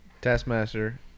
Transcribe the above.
Taskmaster